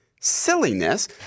silliness